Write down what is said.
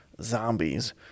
zombies